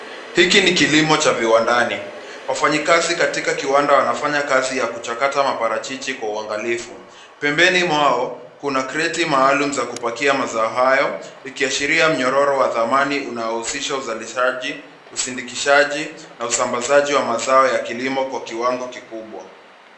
Hiki ni kilimo cha viwandani. Wafanyikazi katika kiwanda wanafanya kazi ya kuchakata maparachichi kwa uangalifu. Pembeni mwao kuna kreti maalum za kupakia mazao hayo ikiashiria mnyororo wa dhamani unaohusisha uzalishaji, usidikishaji na usambazaji wa mazao ya kilimo kwa kiwango kikubwa.